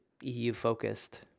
EU-focused